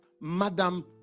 madam